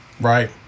Right